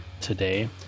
today